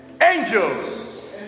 angels